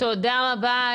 תודה רבה,